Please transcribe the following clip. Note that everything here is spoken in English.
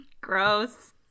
gross